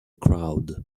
crowd